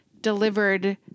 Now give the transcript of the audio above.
delivered